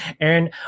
Aaron